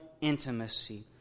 intimacy